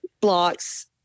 blocks